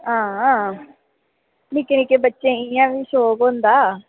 आं हा निक्के निक्के बच्चें ई इ'यां बी शौक होंदा